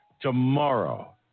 tomorrow